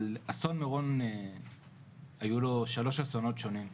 אני מחלק את אסון מירון לשלושה אסונות שונים: